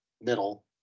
middle